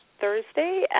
Thursday